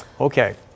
Okay